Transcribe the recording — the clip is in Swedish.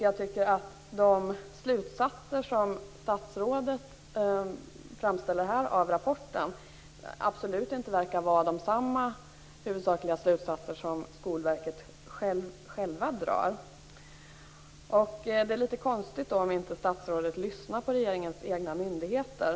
Jag tycker att de slutsatser som statsrådet här drar av rapporten absolut inte verkar vara desamma huvudsakliga slutsatser som Skolverket självt drar. Det är litet konstigt om inte statsrådet lyssnar på regeringens egna myndigheter.